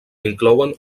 inclouen